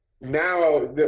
now